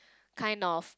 kind of